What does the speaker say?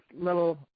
little